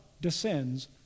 descends